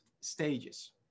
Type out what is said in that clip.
stages